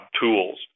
tools